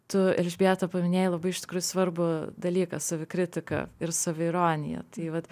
tu elžbieta paminėjai labai iš tikrųjų svarbų dalyką savikritika ir saviironija tai vat